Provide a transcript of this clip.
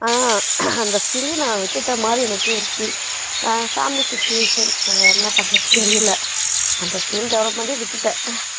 அந்த ஸ்க்கில்யே நான் விட்டுட்ட மாதிரி எனக்கு ஒரு ஃபீல் ஃபேம்லி சுச்சுவேஷன் நான் வேற என்ன பண்ணுறதுன்னு தெரியலை அந்த ஸ்க்கில் டெவலப்மெண்ட்டேயே விட்டுட்டேன்